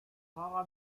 fahrer